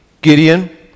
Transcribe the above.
Gideon